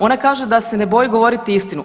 Ona kaže da se ne boji govoriti istinu.